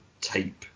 tape